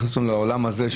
להכניס אותנו לעולם הזה,